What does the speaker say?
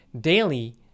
daily